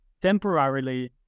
temporarily